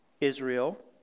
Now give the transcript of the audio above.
Israel